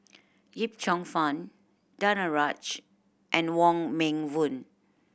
Yip Cheong Fun Danaraj and Wong Meng Voon